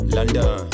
London